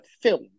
film